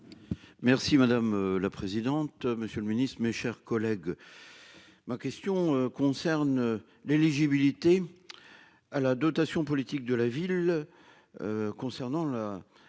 Merci madame la présidente. Monsieur le Ministre, mes chers collègues. Ma question concerne l'éligibilité. À la dotation politique de la ville. Concernant la